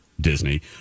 Disney